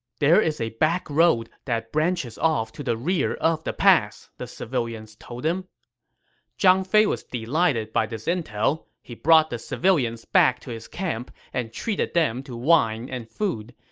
there is a backroad that branches off to the rear of the pass, the civilians told him zhang fei was delighted by this intel. he brought the civilians back to his camp and treated them to wine and food.